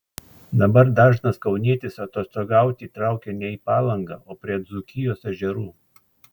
dabar dažnas kaunietis atostogauti traukia ne į palangą o prie dzūkijos ežerų